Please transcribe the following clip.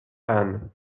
panne